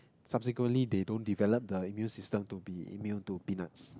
subsequently they don't develop the immune system to be immune to be peanuts